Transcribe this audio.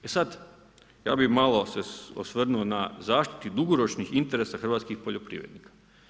Sad ja bih se malo osvrnuo na zaštiti dugoročnih interesa hrvatskih poljoprivrednika.